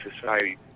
society